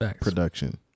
production